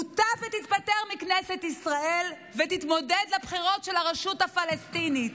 מוטב שתתפטר מכנסת ישראל ותתמודד לבחירות של הרשות הפלסטינית.